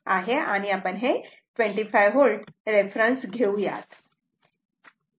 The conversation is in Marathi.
तर इथे आपण हे 25 V रेफरन्स घेऊयात